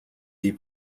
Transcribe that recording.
die